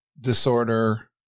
disorder